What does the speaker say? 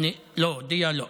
לא, דיא לא.